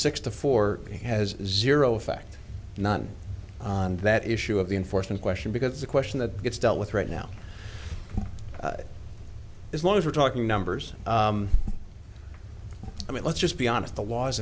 six to four has zero effect not on that issue of the enforcement question because the question that it's dealt with right now as long as we're talking numbers i mean let's just be honest the